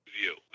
view